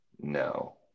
No